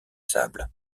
sables